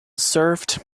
served